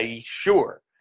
sure